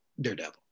daredevil